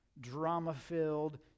drama-filled